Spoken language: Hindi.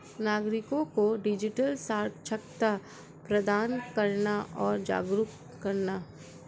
नागरिको को डिजिटल साक्षरता प्रदान करना और जागरूक करना